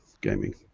gaming